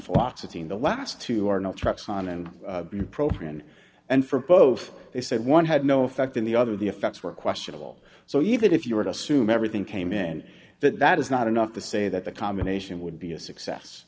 philosophy in the last two are not trucks on and been programmed and for both they said one had no effect in the other the effects were questionable so even if you were to assume everything came in and that that is not enough to say that the combination would be a success